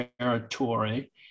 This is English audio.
territory